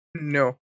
no